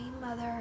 mother